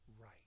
right